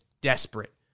desperate